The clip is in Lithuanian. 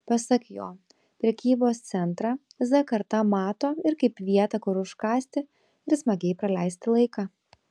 pasak jo prekybos centrą z karta mato ir kaip vietą kur užkąsti ir smagiai praleisti laiką